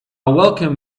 welcome